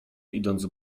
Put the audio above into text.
idąc